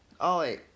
Ollie